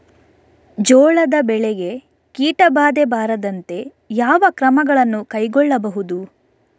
ಜೋಳದ ಬೆಳೆಗೆ ಕೀಟಬಾಧೆ ಬಾರದಂತೆ ಯಾವ ಕ್ರಮಗಳನ್ನು ಕೈಗೊಳ್ಳಬಹುದು?